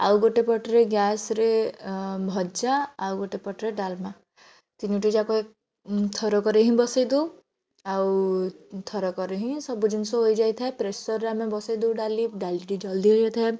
ଆଉ ଗୋଟେ ପଟରେ ଗ୍ୟାସ୍ରେ ଭଜା ଆଉ ଗୋଟେ ପଟରେ ଡାଲମା ତିନୋଟି ଯାକ ଥରକରେ ହିଁ ବସାଇ ଦଉ ଆଉ ଥରକରେ ହିଁ ସବୁ ଜିନିଷ ହୋଇଯାଇଥାଏ ପ୍ରେସର୍ରେ ଆମେ ବସାଇ ଦଉ ଡାଲି ଡାଲିଟି ଜଲ୍ଦି ହେଇ ଯାଇଥାଏ